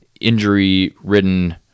injury-ridden